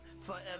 forever